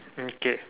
okay